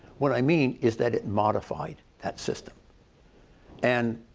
what i mean is that it modified that system and